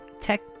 tech